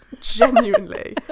Genuinely